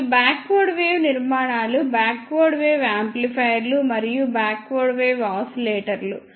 మరియు backward wave నిర్మాణాలు backward wave యాంప్లిఫైయర్లు మరియు బాక్వర్డ్ వేవ్ ఆసిలేటర్లు